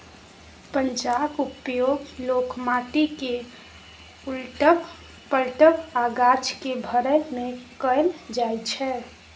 पंजाक उपयोग लोक माटि केँ उलटब, पलटब आ गाछ केँ भरय मे कयल जाइ छै